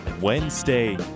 Wednesday